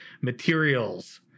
materials